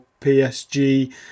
PSG